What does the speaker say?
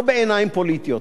לא בעיניים פוליטיות,